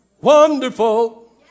Wonderful